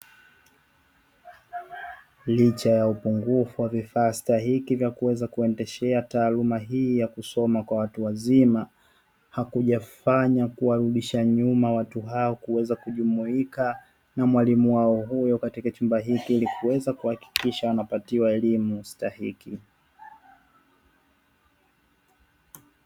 Licha ya upungufu wa vifaa stahiki vya kuweza kuendeshea taaluma hii ya kusoma kwa watu wazima, hakujafanya kuwarudisha nyuma watu hao kuweza kujumuika na mwalimu wao huyo katika chumba hiki ili kuweza kuhakikisha wanapatiwa elimu stahiki.